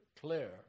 clear